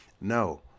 no